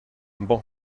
banc